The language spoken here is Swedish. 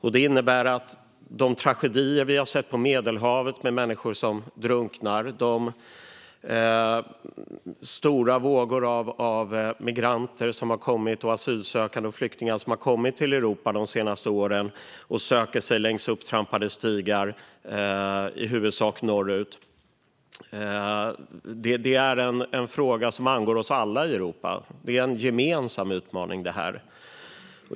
Detta innebär att de tragedier vi har sett på Medelhavet, med människor som drunknar, och de stora vågor av migranter, asylsökande och flyktingar som har kommit till Europa de senaste åren och som söker sig längs upptrampade stigar - i huvudsak norrut - är en fråga som angår oss alla i Europa. Detta är en gemensam utmaning.